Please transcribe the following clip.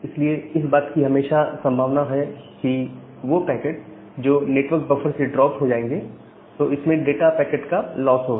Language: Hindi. इसलिए इस बात की हमेशा संभावना है कि वो पैकेट जो नेटवर्क बफर से ड्रॉप हो जाएंगे तो इसमें डाटा पैकेट का लॉस होगा